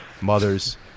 mothers